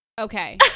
Okay